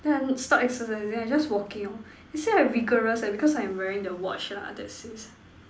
then I stop exercising I just walking orh they say I vigorous eh because I'm wearing the watch ah that says